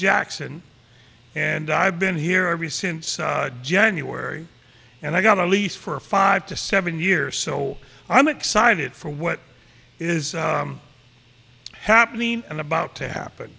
jackson and i've been here every since january and i got a lease for five to seven years so i'm excited for what is happening and about to happen